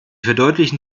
verdeutlichen